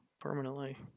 permanently